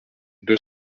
deux